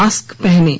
mask पहनें